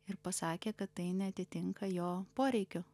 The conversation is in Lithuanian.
ir pasakė kad tai neatitinka jo poreikių